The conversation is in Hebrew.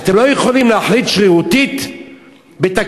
אתם לא יכולים להחליט שרירותית בתקציבים,